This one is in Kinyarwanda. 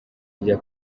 rya